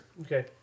Okay